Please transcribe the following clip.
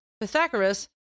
Pythagoras